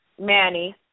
Manny